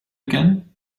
again